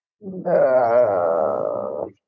No